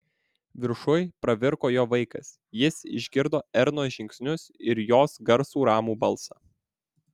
viršuj pravirko jo vaikas jis išgirdo ernos žingsnius ir jos garsų ramų balsą